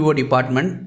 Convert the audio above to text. department